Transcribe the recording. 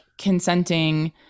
consenting